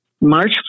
March